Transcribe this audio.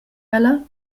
ella